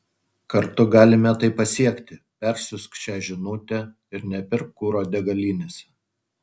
kartu galime tai pasiekti persiųsk šią žinute ir nepirk kuro degalinėse